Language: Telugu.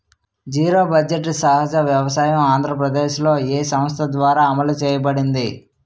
జీరో బడ్జెట్ సహజ వ్యవసాయం ఆంధ్రప్రదేశ్లో, ఏ సంస్థ ద్వారా అమలు చేయబడింది?